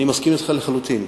אני מסכים אתך לחלוטין.